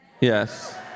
Yes